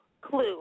Clue